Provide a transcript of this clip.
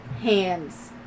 hands